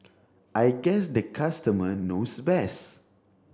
I guess the customer knows best